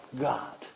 God